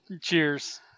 Cheers